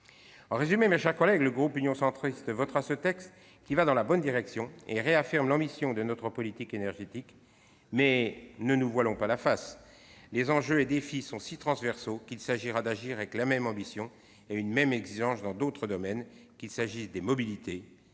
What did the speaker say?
la présidente, mes chers collègues, le groupe Union Centriste votera ce texte qui va dans la bonne direction et réaffirme l'ambition de notre politique énergétique. Mais ne nous voilons pas la face : les enjeux et défis sont si transversaux qu'il importe d'agir avec la même ambition et la même exigence dans d'autres domaines, qu'il s'agisse des mobilités,